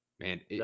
Man